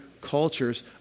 cultures